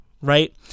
right